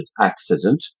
accident